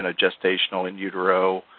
and gestational in utero?